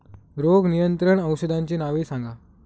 रोग नियंत्रण औषधांची नावे सांगा?